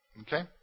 Okay